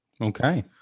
Okay